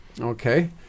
Okay